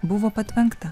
buvo patvenkta